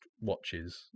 watches